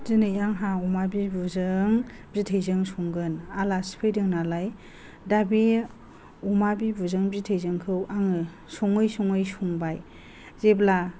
दिनै आंहा अमा बिबुजों बिथैजों संगोन आलासि फैदों नालाय दा बे अमा बिबुंजों बिथैजोंखौ आङो सङै सङै संबाय जेब्ला